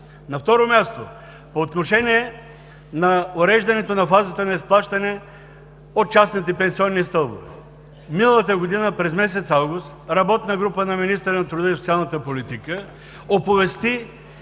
На второ място, по отношение на уреждането на фазата на изплащане от частните пенсионни стълбове. Миналата година през месец август работна група на министъра на труда и социалната политика оповести